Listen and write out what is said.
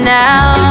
now